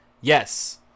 Yes